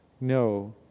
No